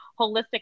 holistic